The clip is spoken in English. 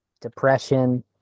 depression